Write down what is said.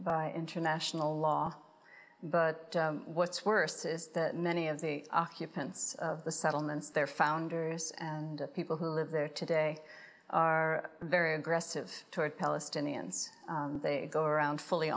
by international law but what's worse is that many of the occupants of the settlements their founders and people who live there today are very aggressive toward palestinians they go around fully